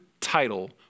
title